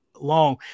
long